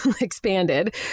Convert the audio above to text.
expanded